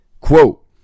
Quote